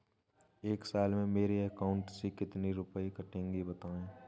एक साल में मेरे अकाउंट से कितने रुपये कटेंगे बताएँ?